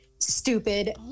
stupid